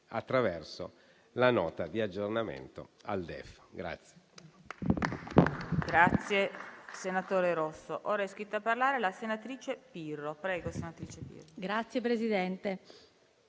attraverso la Nota di aggiornamento al DEF.